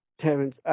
Terence